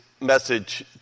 message